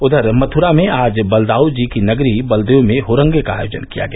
उधर मथुरा में आज बलदाऊ जी की नगरी बलदेव में हुरंगे का आयोजन किया गया